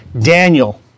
Daniel